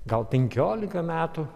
gal penkiolika metų